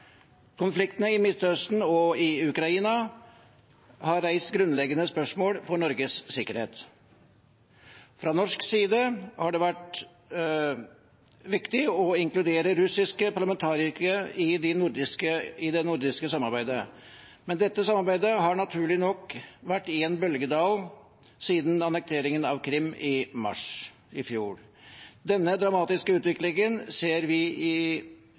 Konfliktene i Midtøsten og i Ukraina har reist grunnleggende spørsmål med hensyn til Norges sikkerhet. Fra norsk side har det vært viktig å inkludere russiske parlamentarikere i det nordiske samarbeidet, men dette samarbeidet har, naturlig nok, vært i en bølgedal siden annekteringen av Krim i mars i fjor. Den dramatiske utviklingen vi ser i Ukraina, understreker viktigheten av at vi